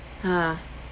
ha